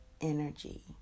energy